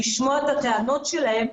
לשמוע את הטענות שלהם,